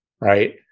right